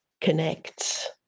connects